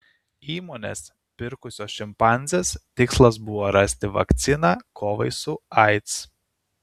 įmonės pirkusios šimpanzes tikslas buvo rasti vakciną kovai su aids